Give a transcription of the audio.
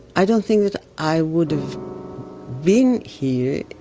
i don't think that i would have been here,